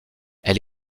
elle